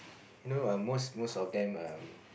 you know um most most of them um